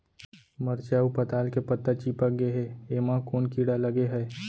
मरचा अऊ पताल के पत्ता चिपक गे हे, एमा कोन कीड़ा लगे है?